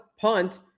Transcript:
punt